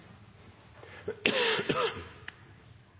kvar